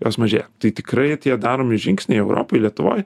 jos mažėja tai tikrai tie daromi žingsniai europoj lietuvoj